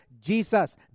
Jesus